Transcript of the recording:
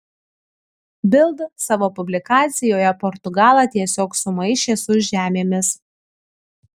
bild savo publikacijoje portugalą tiesiog sumaišė su žemėmis